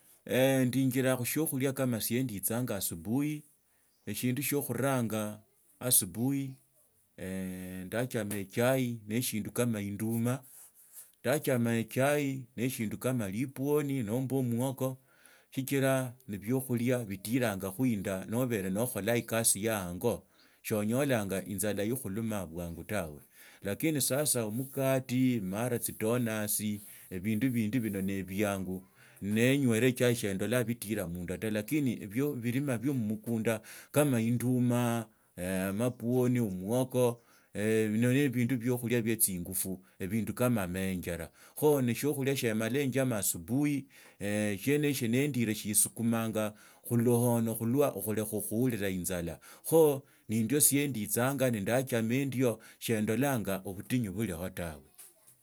Ndinjilanga khushiokhulia kama sie nditsanga asubui eshindu shio khuranya asubuhi ndaachama echai na shindu kama induma ndaachama echai nishindu kama lipwoni nomba omwoka sichira ne biokhula bitilanyakhu inda nobere nookholaa ekasi ya ango shoonyolaa inzala hekhuluma bwangu bwe lakini sasa omukati mara tsidonati ebindu bindi bino nebiango nenyuata echai sendolaa bitilaa munda ta lakini bilima bio mmukunda kama induna amapwoni omuoko nibu bindu biokhulia bie tsingufu. Ebindu kama amaenjele kho nashiokholia shie omala enjama asubuhi shiena hishio nandila shiisukumanga luhona khulwa okhulekha khuurila inzala khu nindia se nditsnga na ndeechama endio sheendolanga obutinyu buuho tawe.